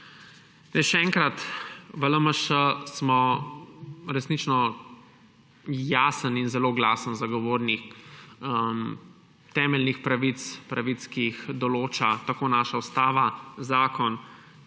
še enkrat, v LMŠ smo resnično jasen in zelo glasen zagovornik temeljnih pravic; pravic, ki jih določa tako naša ustava, zakon,